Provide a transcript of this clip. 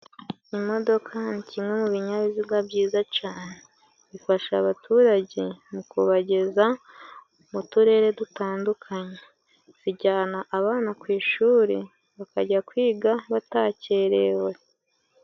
Imodoka ni kimwe mu binyabiziga byiza cane, ifasha abaturage mu kubageza mu turere dutandukanye, zijyana abana kw'ishuri bakajya kwiga batakerewe.